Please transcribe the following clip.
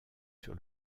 sur